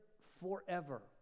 forever